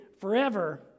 forever